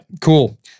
cool